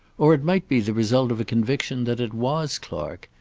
or it might be the result of a conviction that it was clark,